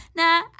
now